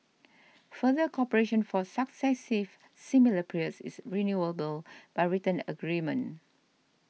further cooperation for successive similar periods is renewable by written agreement